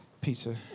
pizza